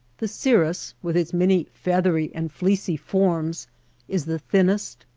the cirrus with its many feathery and fleecy forms is the thinnest,